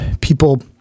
people